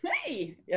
Hey